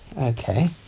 okay